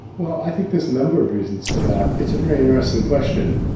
wel l i think there's a number of reasons for that. it's a very interesting question.